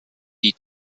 die